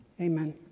Amen